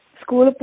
school